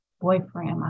boyfriend